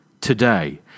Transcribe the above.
Today